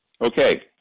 Okay